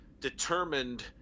determined